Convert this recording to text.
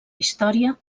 història